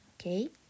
Okay